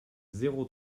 zéro